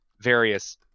various